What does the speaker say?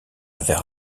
vers